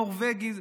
נורבגי.